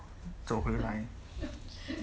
走回来